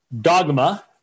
dogma